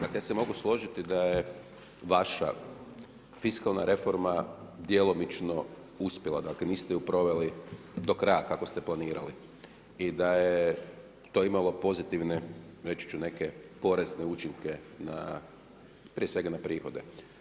Dakle, ja se mogu složiti da je vaša fiskalna reforma djelomično uspjela, dakle niste ju proveli do kraja kako ste planirali i da je to imalo pozitivne reći ću neke porezne učinke na, prije svega na prihode.